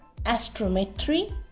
Astrometry